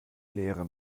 leere